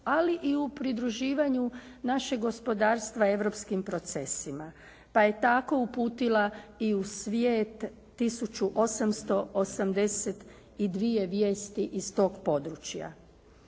ali i u pridruživanju našeg gospodarstva europskim procesima, pa je tako uputila i u svijet tisuću 882 vijesti iz tog područja.